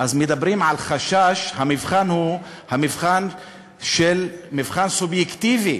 המבחן הוא מבחן סובייקטיבי,